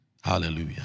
hallelujah